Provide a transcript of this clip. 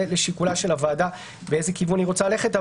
זה לשיקול הוועדה לאיזה כיוון היא רוצה ללכת.